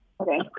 Okay